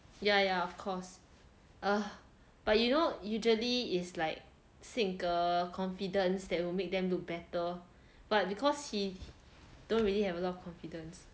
yeah yeah of course err but you know usually is like 性格 confidence that will make them look better but because he don't really have a lot of confidence